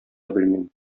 белмим